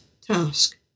task